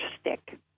stick